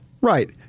Right